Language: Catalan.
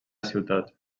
ciutat